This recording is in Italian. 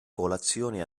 colazione